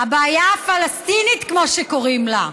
"הבעיה הפלסטינית", כמו שקוראים לה,